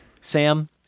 Sam